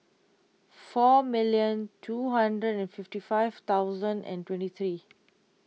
four million two hundred and fifty five thousand and twenty three